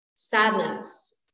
sadness